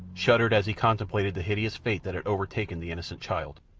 shuddered as he contemplated the hideous fate that had overtaken the innocent child.